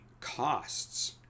costs